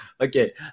okay